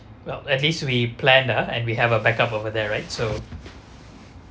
well at least we plan ah and we have a backup over there right so